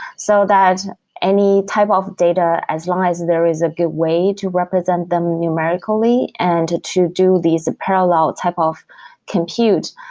so that any type of data, as long as there is a good way to represent them numerically and to do these parallel type of compute,